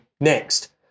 next